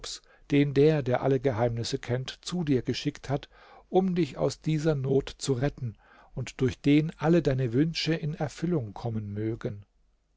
den der der alle geheimnisse kennt zu dir geschickt hat um dich aus dieser not zu retten und durch den alle deine wünsche in erfüllung kommen mögen